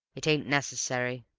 it ain't necessary.